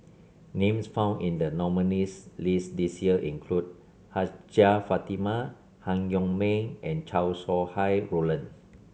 names found in the nominees' list this year include Hajjah Fatimah Han Yong May and Chow Sau Hai Roland